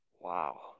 wow